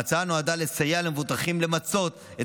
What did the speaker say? ההצעה נועדה לסייע למבוטחים למצות את